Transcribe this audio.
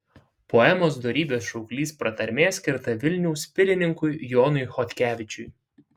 poemos dorybės šauklys pratarmė skirta vilniaus pilininkui jonui chodkevičiui